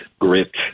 grit